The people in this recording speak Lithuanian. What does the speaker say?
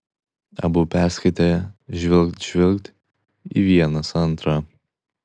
abu perskaitę žvilgt žvilgt į vienas antrą